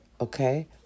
okay